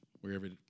wherever